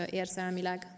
érzelmileg